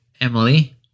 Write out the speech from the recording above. Emily